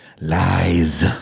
Lies